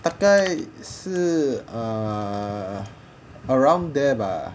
大概是 ah around there bah